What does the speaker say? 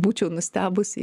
būčiau nustebusi